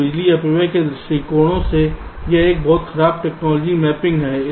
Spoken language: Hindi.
तो बिजली अपव्यय के दृष्टिकोण से यह एक बहुत खराब टेक्नोलॉजी मैपिंग है